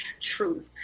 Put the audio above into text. truth